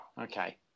Okay